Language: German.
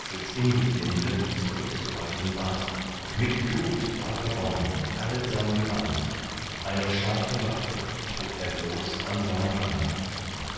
etzels ingesinde zurückzuweichen bat mit blut war beronnen all sein gewand eine scharfe waffe trug er bloß an seiner hand